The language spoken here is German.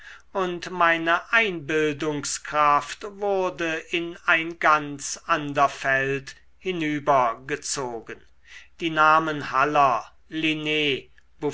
und meine einbildungskraft wurde in ein ganz ander feld hinübergezogen die namen haller linn